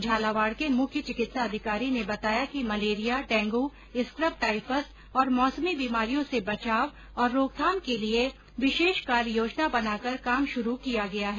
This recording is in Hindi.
झालावाड के मुख्य चिकित्सा अधिकारी ने बताया कि मलेरिया डेंगू स्क्रब टाईफस और मौसमी बीमारियों से बचाव और रोकथाम के लिये विशेष कार्य योजना बनाकर काम शुरू किया गया है